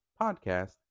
podcast